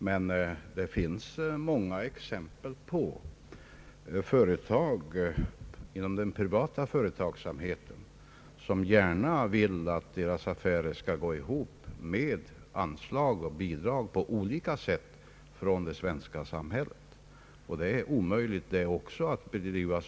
Men det finns många exempel på privata företag som gärna vill att deras affärer skall gå ihop tack vare anslag och bidrag i olika former från det svenska samhället. Också en sådan företagsamhet är det i längden omöjligt att driva.